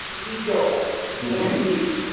legal anti,